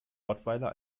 rottweiler